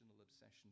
obsession